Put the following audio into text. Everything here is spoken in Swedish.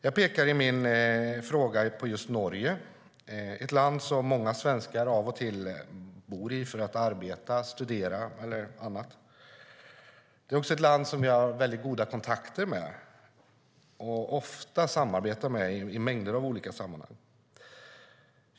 Jag pekar i min fråga på Norge, ett land som många svenskar av och till bor i för att arbeta, studera eller annat. Det är också ett land som vi har goda kontakter med och ofta samarbetar med i många olika sammanhang.